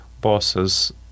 bosses